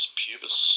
pubis